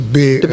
big